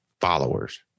followers